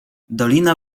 dolina